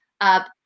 up